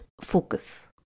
focus